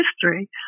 history